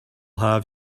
have